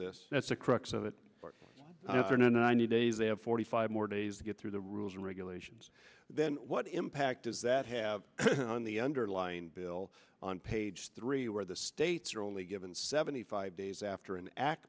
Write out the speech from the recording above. this that's the crux of it four hundred ninety days they have forty five more days to get through the rules and regulations then what impact does that have on the underlying bill on page three where the states are only given seventy five days after an act